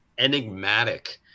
Enigmatic